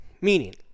meaning